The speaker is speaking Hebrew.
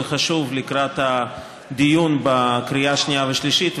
זה חשוב לקראת הדיון בקריאה השנייה והשלישית.